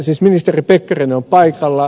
ministeri pekkarinen on paikalla